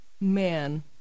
Man